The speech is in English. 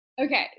Okay